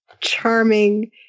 charming